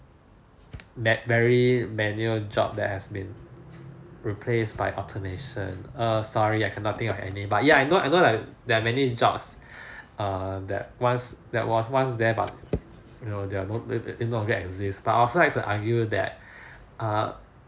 ma~ very manual job that has been replaced by automation err sorry I cannot think of any but ya I know I know like there are many jobs err that once that was once there but you know they are no longer exist but I would I like to argue that err